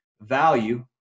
value